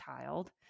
child